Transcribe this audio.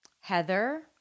Heather